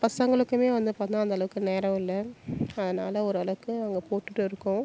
பசங்களுக்குமே வந்து பார்த்தன்னா அந்த அளவுக்கு நேரம் இல்லை அதனால் ஓரளவுக்கு நாங்கள் போட்டுகிட்டு இருக்கோம்